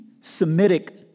Semitic